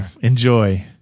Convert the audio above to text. enjoy